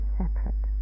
separate